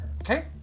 okay